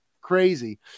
crazy